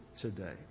today